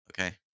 okay